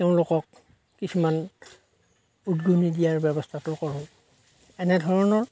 তেওঁলোকক কিছুমান উদগনি দিয়াৰ ব্যৱস্থাটো কৰোঁ এনেধৰণৰ